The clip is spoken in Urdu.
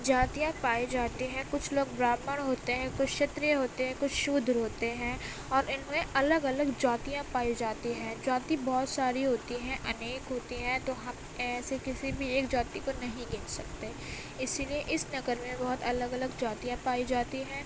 جاتیاں پائی جاتی ہیں کچھ لوگ براہمن ہوتے ہیں کچھ شتریہ ہوتے ہیں کچھ شودر ہوتے ہیں اور اِن میں الگ الگ جاتیاں پائی جاتی ہیں جاتی بہت ساری ہوتی ہیں انیک ہوتی ہیں تو ہم ایسے کسی بھی ایک جاتی کو نہیں کہہ سکتے اِسی لیے اِس نگر میں بہت الگ الگ جاتیاں پائی جاتی ہیں